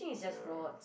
ya